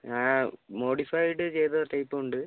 ഞാൻ മോഡിഫൈഡ് ചെയ്ത ടൈപ്പും ഉണ്ട്